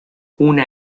una